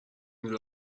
میگی